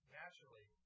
naturally